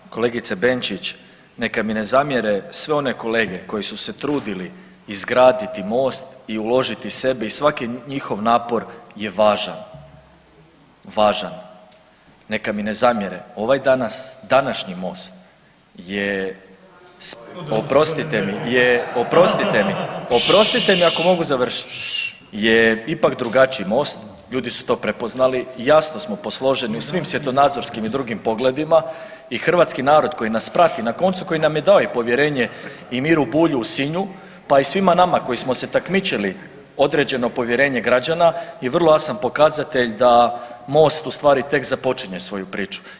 Mogu? [[Upadica Radin: Da, da.]] Kolegice Benčić, neka mi ne zamjere sve one kolege koje su se trudili izgraditi most i uložiti sebe i svaki njihov napor je važan, važan, neka mi ne zamjere ovaj danas, današnji Most je oprostite mi ako mogu završit je ipak drugačiji Most, ljudi su to prepoznali jasno smo posloženi u svim svjetonazorskim i drugim pogledima i hrvatski narod koji nas prati, na koncu koji nam je i dao povjerenje i Miru Bulju u Sinju pa i svima nama koji smo se takmičili određeno povjerenje građana je vrlo jasan pokazatelj da Most ustvari tek započinje svoju priču.